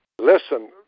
Listen